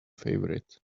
favorite